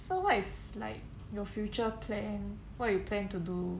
so what is like your future plan what you plan to do